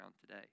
today